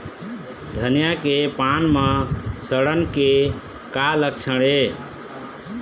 धनिया के पान म सड़न के का लक्षण ये?